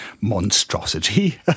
monstrosity